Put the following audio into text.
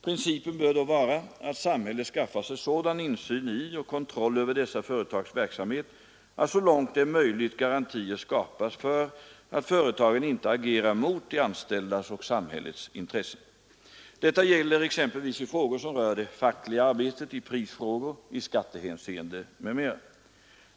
Principen bör då vara att samhället skaffar sig sådan insyn i och kontroll över dessa företags verksamhet att så långt det är möjligt garantier skapas för att företagen inte agerar mot de anställdas och samhällets intressen. Detta gäller exempelvis i frågor som rör det fackliga arbetet, i prisfrågor, i skattehänseende m.m.